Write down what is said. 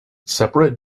separate